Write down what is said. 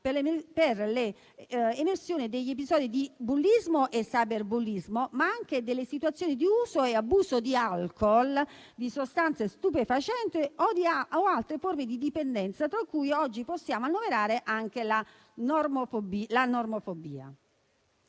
per l'emersione degli episodi di bullismo e cyberbullismo, ma anche delle situazioni di uso e abuso di alcol, di sostanze stupefacenti o altre forme di dipendenza, tra cui oggi possiamo annoverare anche la nomofobia.